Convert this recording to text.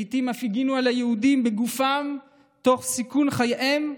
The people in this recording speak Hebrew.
לעיתים אף הגנו על היהודים בגופם תוך סיכון חייהם,